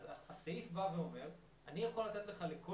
הסעיף בא ואומר שאני יכול לתת לך לכל